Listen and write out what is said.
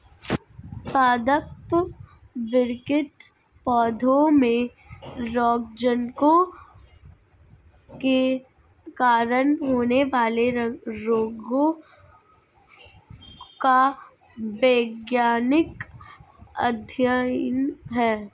पादप विकृति पौधों में रोगजनकों के कारण होने वाले रोगों का वैज्ञानिक अध्ययन है